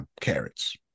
carrots